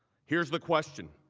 here is the question.